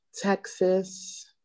Texas